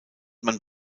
man